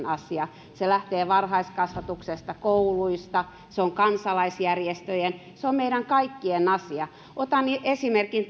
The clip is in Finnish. asia se lähtee varhaiskasvatuksesta kouluista se on kansalaisjärjestöjen se on meidän kaikkien asia otan tampereelta esimerkin